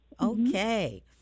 Okay